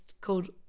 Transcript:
called